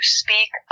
speak